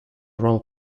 role